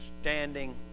standing